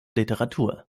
literatur